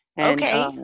Okay